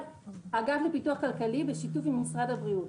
האגף לפיתוח כלכלי בשיתוף עם משרד הבריאות.